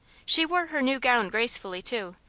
she wore her new gown gracefully, too,